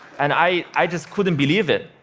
and i i just couldn't believe it.